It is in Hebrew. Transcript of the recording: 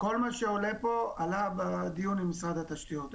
כל מה שעולה פה עלה בדיון עם משרד התשתיות.